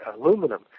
aluminum